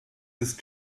ist